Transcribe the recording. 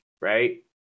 Right